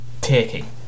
taking